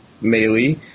melee